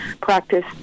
practice